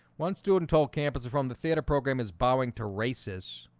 one student told campuses from the theater program is bowing to races